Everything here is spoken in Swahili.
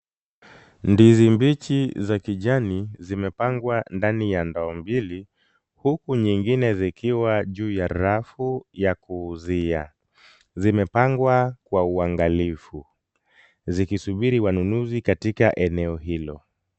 Ndizi mbichi za kijani zimepangwa ndani ya ndoo mbili, huku nyingine zikiwa juu ya rafu ya kuuzia. Zimepangwa kwa uangalifu zikisubiri wanunuzi katika eneo hilo.